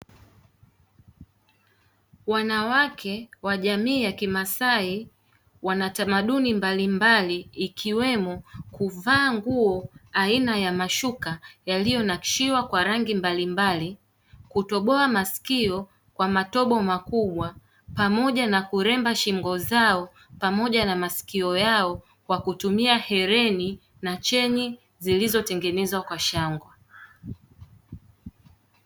Wanawake wa jamii ya kimasai wana tamaduni mbalimbali; ikiwemo kuvaa nguo aina ya mashuka yaliyonakshiwa kwa rangi mbalimbali, kutoboa masikio kwa matobo makubwa, pamoja na kuremba shingo zao pamoja na masikio yao kwa kutumia hereni na cheni zilizotengenezwa kwa shanga.